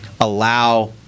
allow –